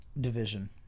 division